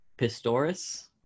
pistoris